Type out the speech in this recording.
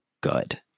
good